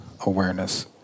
awareness